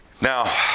Now